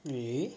really